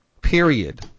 period